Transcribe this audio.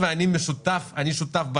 אני אומר לה: ג'ידא אין לי כסף לשלם,